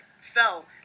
fell